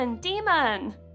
Demon